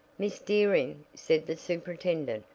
miss dearing, said the superintendent,